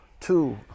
two